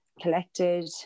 collected